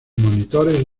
monitores